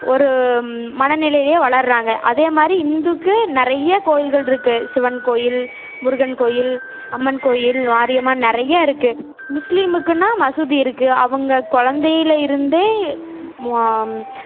ஒரு மனநிலையிலையே வளர்கிறாங்க அதேமாதிரி ஹிந்துக்கு நிறைய கோயில்கள் இருக்குது சிவன் கோயில் முருகன் கோயில் அம்மன் கோயில் மாரியம்மா நிறையா இருக்குது முஸ்லீமுக்குனால் மசூதி இருக்குது அவங்க குழந்தையில இருந்தே மா